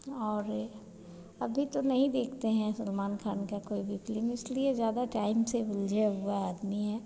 और अभी तो नहीं देखते हैं सलमान खान की कोई भी फ़िल्म इसलिए ज़्यादा टाइम से हुआ आदमी है